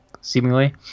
seemingly